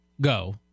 go